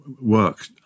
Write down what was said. work